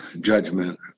judgment